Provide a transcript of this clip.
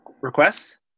requests